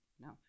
no